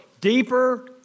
Deeper